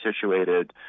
situated